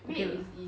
okay lah